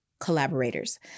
Collaborators